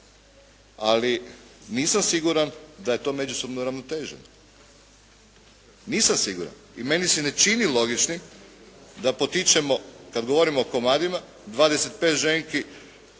ali nisam siguran da je to međusobna ravnoteža, nisam siguran i meni se ne čini logičnim da potičemo kada govorimo o komadima 25 ženki